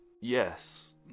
Yes